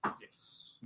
Yes